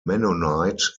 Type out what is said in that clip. mennonite